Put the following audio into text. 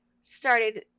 started